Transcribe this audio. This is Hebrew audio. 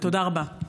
תודה רבה.